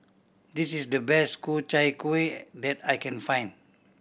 this is the best Ku Chai Kuih that I can find